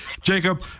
Jacob